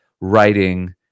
writing